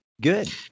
good